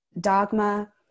dogma